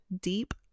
deep